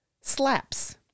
slaps